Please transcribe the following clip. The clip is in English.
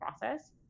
process